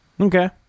okay